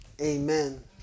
Amen